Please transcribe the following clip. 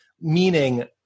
meaning